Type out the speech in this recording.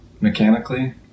mechanically